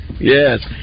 Yes